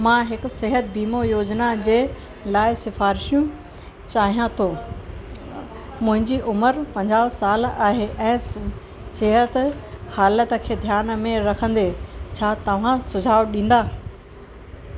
मां हिकु सिहत वीमो योजना जे लाइ सिफ़ारिशूं चाहियां थो मुंहिंजी उमिरि पंजाहु साल आहे ऐं सिहत हालति ध्यान में रखंदे छा तव्हां सुझाउ ॾींदा